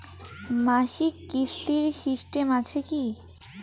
মাসিক কিস্তির সিস্টেম আছে কি?